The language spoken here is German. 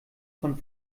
von